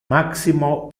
maximo